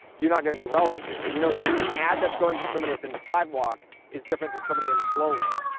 you're not going to be relevant to. you know an ad that's going to somebody that's in the sidewalk is different than somebody in the slow lane.